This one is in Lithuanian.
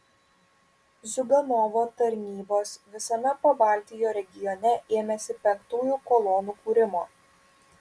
ziuganovo tarnybos visame pabaltijo regione ėmėsi penktųjų kolonų kūrimo